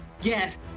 Yes